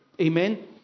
Amen